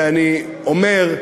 ואני אומר,